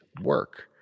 work